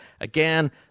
Again